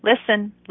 listen